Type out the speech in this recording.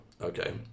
okay